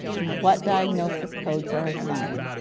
what diagnosis codes are assigned?